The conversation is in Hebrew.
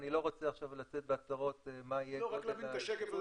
אני לא רוצה לצאת עכשיו בהצהרות מה יהיה גודל הסכום.